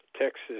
Texas